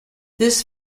this